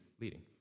leading